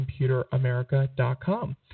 ComputerAmerica.com